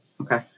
Okay